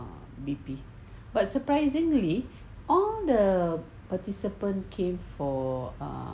B_P but surprisingly all the participant came for